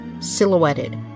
silhouetted